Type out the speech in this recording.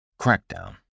crackdown